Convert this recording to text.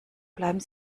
bleiben